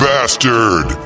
Bastard